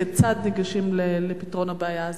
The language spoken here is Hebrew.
כיצד ניגשים לפתרון הבעיה הזאת.